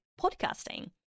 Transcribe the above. podcasting